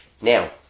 Now